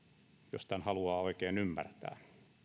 jos tämän haluaa oikein ymmärtää